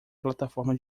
plataforma